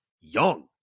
young